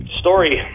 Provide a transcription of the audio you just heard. story